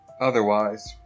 otherwise